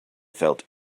felt